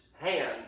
hand